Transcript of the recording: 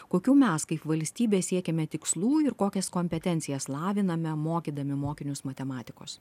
kokių mes kaip valstybė siekiame tikslų ir kokias kompetencijas laviname mokydami mokinius matematikos